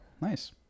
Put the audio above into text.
Nice